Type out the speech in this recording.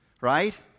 right